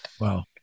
Wow